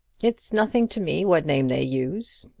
it's nothing to me what name they use.